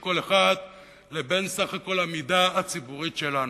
כל אחד לבין סך כל המידה הציבורית שלנו.